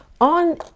on